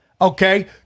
okay